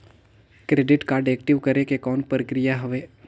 Credit card active करे के कौन प्रक्रिया हवे?